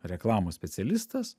reklamos specialistas